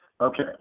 okay